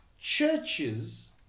churches